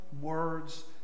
words